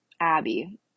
Abby